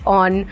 on